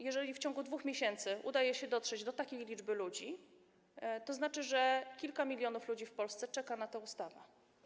Jeżeli w ciągu 2 miesięcy udaje się dotrzeć do takiej liczby ludzi, to znaczy, że kilka milionów ludzi w Polsce czeka na tę ustawę.